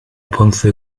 ponce